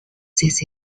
this